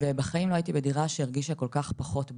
ובחיים לא הייתי בדירה שהרגישה כל כך פחות בית,